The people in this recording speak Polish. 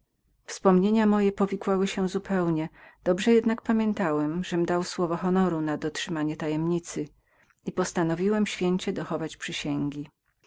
wspomnienia moje powikłały się zupełnie dobrze jednak pamiętam żem dał słowo honoru na dotrzymanie tajemnicy i postanowiłem święcie dochować przysięgi